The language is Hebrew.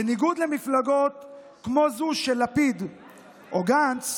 בניגוד למפלגות כמו זו של לפיד או גנץ,